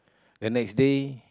the next day